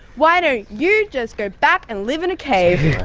why don't you just go back and live in a cave?